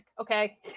okay